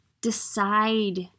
decide